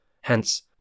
Hence